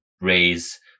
raise